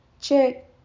Check